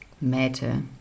matter